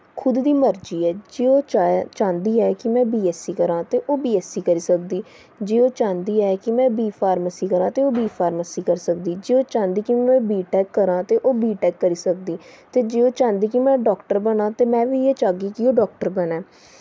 खुद दी मर्जी ऐ जे ओह् चांह्दी ऐ कि में बी ऐस्स सी करां ते ओह् बी ऐस्स सी करी सकदी जे ओह् चांह्दी ऐ कि में बी फार्मेसी करां ते ओह् बी फार्मेसी करी सकदी जे ओह् चांह्दी कि में बी टैक्क करां ते ओह् बी टैक्क करी सकदी ते जे ओह् चांह्दी कि में डाक्टर बनां दे में बी इ'यै चाह्गी कि ओह् डाक्टर बनै